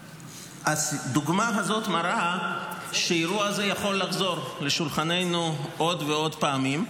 הדוגמה הזאת מראה שהאירוע הזה יכול לחזור לשולחננו עוד ועוד פעמים,